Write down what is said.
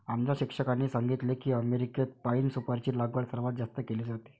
आमच्या शिक्षकांनी सांगितले की अमेरिकेत पाइन सुपारीची लागवड सर्वात जास्त केली जाते